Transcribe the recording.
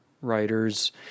writers